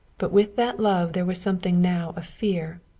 but with that love there was something now of fear.